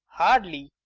hardly.